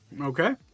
Okay